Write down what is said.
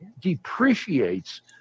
depreciates